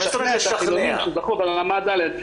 מי שזכה ברמה ד',